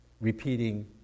repeating